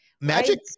magic